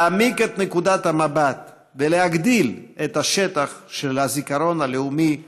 להעמיק את נקודת המבט ולהגדיל את השטח של הזיכרון הלאומי שלנו,